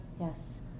Yes